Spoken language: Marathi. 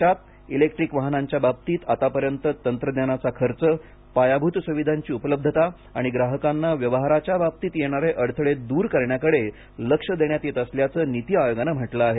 देशात इलेक्ट्रिक वाहनांच्या बाबतीत आतापर्यंत तंत्रज्ञानाचा खर्च पायाभूत सुविधांची उपलब्धता आणि ग्राहकांना व्यवहाराच्या बाबतीत येणारे अडथळे दूर करण्याकडे लक्ष देण्यात येत असल्याचं नीती आयोगाने म्हटले आहे